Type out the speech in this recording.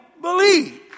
believe